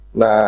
na